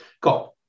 got